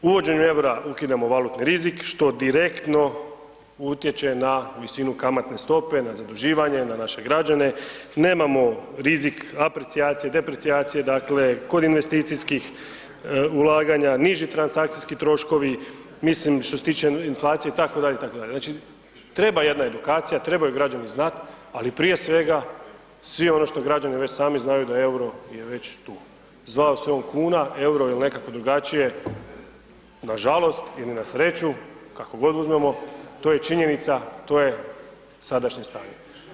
Uvođenjem EUR-a ukidamo valutni rizik što direktno utječe na visinu kamatne stope, na zaduživanje, na naše građane, nemamo rizik aprecijacije, deprecijacije, dakle kod investicijskih ulaganja, niži transakcijski troškovi, mislim što se tiče inflacije itd., itd., znači treba jedna edukacija, trebaju građani znat, ali prije svega svi ono što građani već sami znaju da EUR-o je već tu, zvao se on kuna, EUR-o il nekako drugačije nažalost ili na sreću kako god uzmemo, to je činjenica, to je sadašnje stanje.